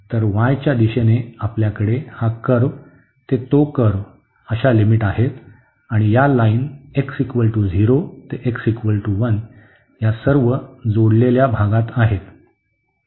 तर y च्या दिशेने आपल्याकडे हा कर्व्ह ते तो कर्व्ह अशा लिमिट आहेत आणि या लाईन x 0 ते x 1 या सर्व जोडलेल्या भागात आहेत